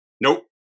Nope